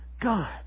God